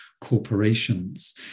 corporations